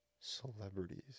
celebrities